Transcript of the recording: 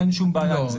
אין שום בעיה עם זה.